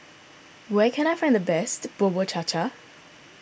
where can I find the best Bubur Cha Cha